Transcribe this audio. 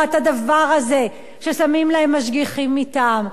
את הדבר הזה ששמים להם משגיחים מטעם.